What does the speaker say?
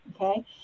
Okay